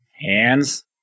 Hands